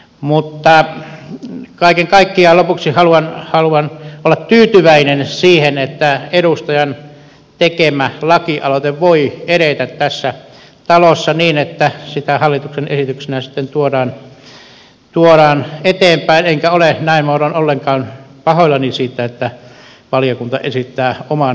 mutta kaiken kaikkiaan haluan olla tyytyväinen siihen että edustajan tekemä lakialoite voi edetä tässä talossa niin että sitä hallituksen esityksenä sitten tuodaan eteenpäin enkä ole näin muodoin ollenkaan pahoillani siitä että valiokunta esittää oman lakialoitteeni hylkäämistä